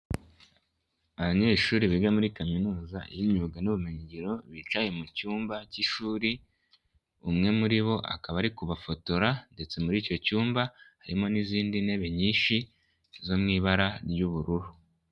Abanyeshuri biga muri kaminuza y'imyuga n'ubumenyingiro, bicaye mu cyumba k'ishuri, umwe muri bo akaba ari kubafotora ndetse muri icyo cyumba harimo n'izindi ntebe nyinshi zo mu ibara ry'ubururu.